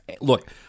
Look